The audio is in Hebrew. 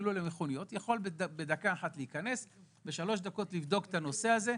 הוא יכול בכמה דקות לבדוק את הנושא הזה,